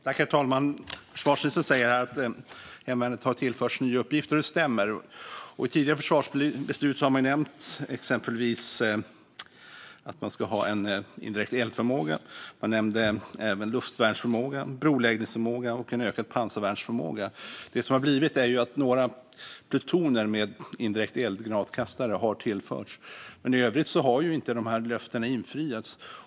Fru talman! Försvarsministern säger att hemvärnet har tillförts nya uppgifter, och det stämmer. I tidigare försvarsbeslut har det exempelvis nämnts att man ska ha en indirekt eldförmåga, luftvärnsförmåga, broläggningsförmåga och en ökad pansarvärnsförmåga. Det som har hänt är att några plutoner med indirekt eldgranatkastare har tillförts, men i övrigt har inte löftena infriats.